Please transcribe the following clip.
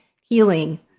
healing